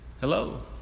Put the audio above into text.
Hello